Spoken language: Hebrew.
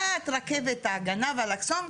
עד רכבת ההגנה באלכסון,